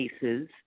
cases